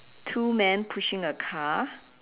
two man pushing a car